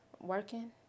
Working